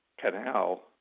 canal